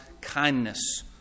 kindness